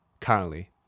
currently